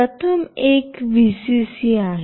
तर प्रथम एक व्हीसीसी आहे